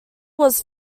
was